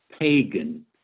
pagan